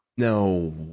no